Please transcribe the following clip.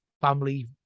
family